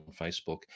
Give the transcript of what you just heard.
Facebook